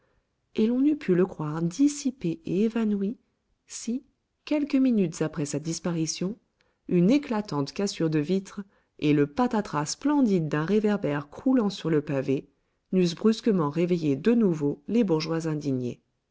et l'on eût pu le croire dissipé et évanoui si quelques minutes après sa disparition une éclatante cassure de vitre et le patatras splendide d'un réverbère croulant sur le pavé n'eussent brusquement réveillé de nouveau les bourgeois indignés